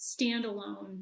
standalone